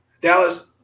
Dallas